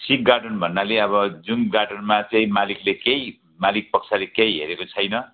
सिक garden भन्नाले अब जुन गार्डनमा चाहिँ मालिकले केही मालिक पक्षले केही हेरेको छैन